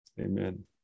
Amen